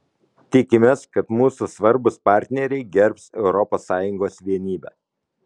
tikimės kad mūsų svarbūs partneriai gerbs europos sąjungos vienybę